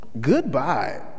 goodbye